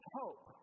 hope